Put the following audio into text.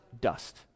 dust